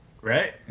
right